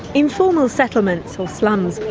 informal settlements, or slums,